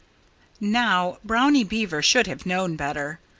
now, brownie beaver should have known better.